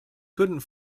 couldn’t